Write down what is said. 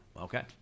okay